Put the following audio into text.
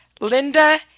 Linda